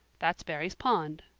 that's barry's pond,